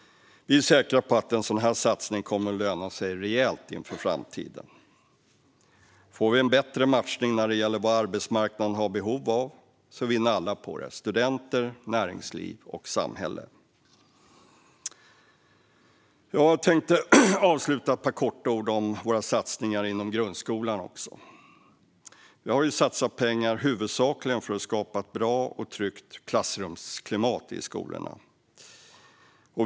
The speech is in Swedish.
Vi är säkra på att en sådan här satsning kommer att löna sig rejält inför framtiden. Får vi en bättre matchning när det gäller vad arbetsmarknaden har behov av vinner alla på det - studenter, näringsliv och samhälle. Jag tänkte avsluta med ett par korta ord om våra satsningar inom grundskolan. Vi har satsat pengar huvudsakligen för att skapa ett bra och tryggt klassrumsklimat i skolorna.